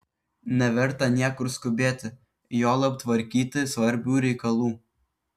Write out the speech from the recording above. neverta niekur skubėti juolab tvarkyti svarbių reikalų